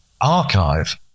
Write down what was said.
archive